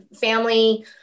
family